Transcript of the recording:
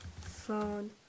Phone